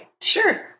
sure